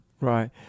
Right